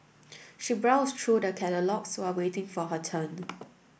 she browsed through the catalogues while waiting for her turn